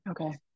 Okay